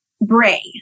Bray